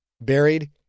Buried